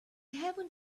haven’t